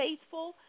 faithful